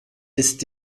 ist